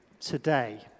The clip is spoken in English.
today